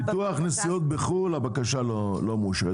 ביטוח נסיעות בחו"ל הבקשה לא מאושרת.